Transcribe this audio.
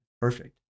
perfect